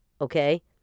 okay